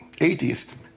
atheist